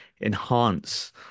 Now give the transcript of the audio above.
enhance